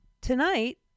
Tonight